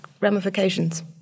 ramifications